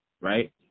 right